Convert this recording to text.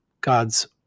God's